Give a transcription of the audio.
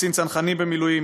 קצין צנחנים במילואים,